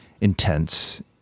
intense